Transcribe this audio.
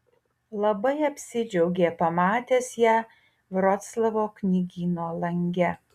labai apsidžiaugė pamatęs ją vroclavo knygyno lange